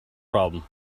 problem